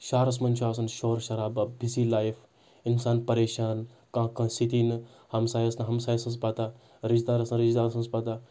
شہرَس منٛز چھُ آسان شور شرابہٕ بِزِی لایِف انسان پَریشان کانٛہہ کٲنٛسہِ سۭتی نہٕ ہمسایَس نہٕ ہمساے سٕنٛز پَتاہ رٔشتہٕ دارَس نہٕ رشتہٕ دار سٕنٛز پَتاہ